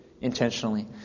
intentionally